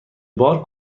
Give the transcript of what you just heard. بار